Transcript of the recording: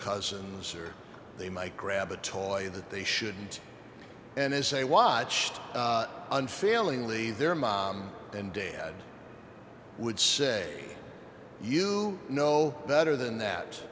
cousins or they might grab a toy that they shouldn't and as a watched unfailingly their mom and dad would say you know better than that